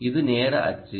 இது நேர அச்சு